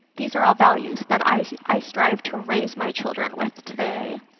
these are all values that i i strive to raise my children with today.